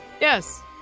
yes